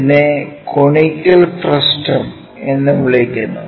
ഇതിനെ conical frustum എന്ന് വിളിക്കുന്നു